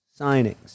signings